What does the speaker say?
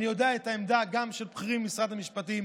אני יודע גם מה העמדה של בכירים במשרד המשפטים,